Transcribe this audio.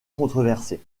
controversé